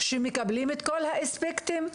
שמקבלים את כל האספקטים.